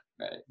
Right